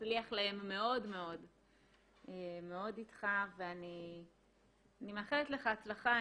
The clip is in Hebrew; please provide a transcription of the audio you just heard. שהצליח להם מאוד מאוד איתך ואני מאחלת לך הצלחה.